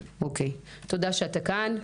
תודה שאתה כאן.